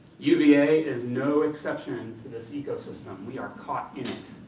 uva is no exception to this ecosystem. we are caught in it.